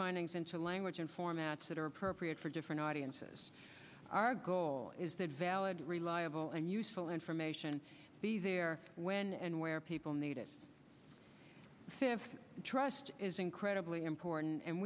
findings into language and formats that are appropriate for different audiences our goal is that valid reliable and useful information be there when and where people need it fifth trust is incredibly important and